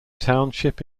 township